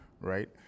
right